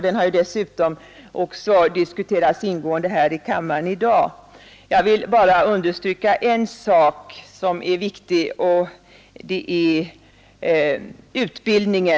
Den har dessutom ingående diskuterats här i kammaren i dag. Jag vill bara understryka en sak som är viktig, nämligen utbildningen.